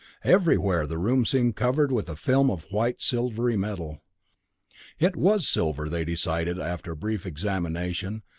everywhere the room seemed covered with a film of white silvery metal it was silver, they decided after a brief examination,